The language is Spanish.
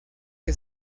que